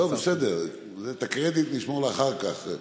את הקרדיט נשמור לאחר כך.